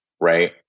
right